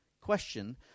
question